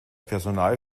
personal